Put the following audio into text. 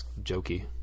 jokey